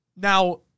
Now